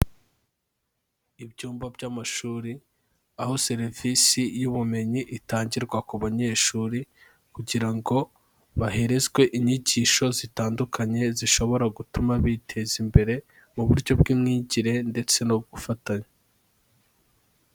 Ibyumba by'amashuri, aho serivisi y'ubumenyi itangirwa ku banyeshuri, kugira ngo baherezwe inyigisho zitandukanye, zishobora gutuma biteza imbere, mu buryo bw'imyigire ndetse no gufatanya.